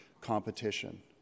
competition